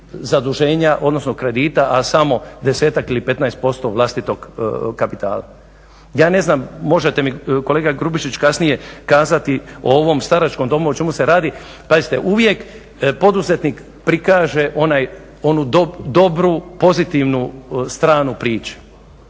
zaduženja, odnosno kredita, a samo desetak ili petnaest posto vlastitog kapitala. Ja ne znam, možete mi kolega Grubišić kasnije kazati o ovom staračkom domu o čemu se radi. Pazite, uvijek poduzetnik prikaže onu dobru pozitivnu stranu priče.